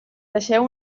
deixeu